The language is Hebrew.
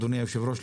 אדוני היושב-ראש,